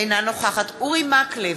אינה נוכחת אורי מקלב,